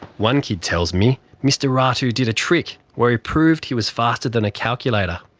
one kid tells me mr ratu did a trick where he proved he was faster than a calculator.